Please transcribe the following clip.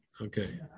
Okay